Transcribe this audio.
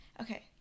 Okay